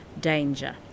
danger